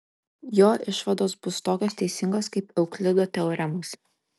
jo išvados bus tokios teisingos kaip euklido teoremos